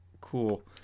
cool